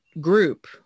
group